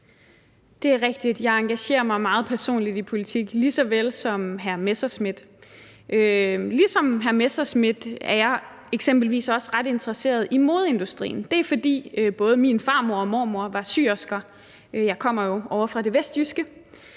Det er rigtigt. Jeg engagerer mig meget personligt i politik, lige så vel som hr. Morten Messerschmidt gør. Ligesom hr. Morten Messerschmidt er jeg eksempelvis også ret interesseret i modeindustrien, og det er, fordi både min farmor og mormor var syersker – jeg kommer jo ovre fra det vestjyske,